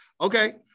okay